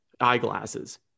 eyeglasses